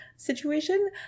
situation